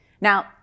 Now